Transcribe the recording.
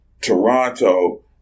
Toronto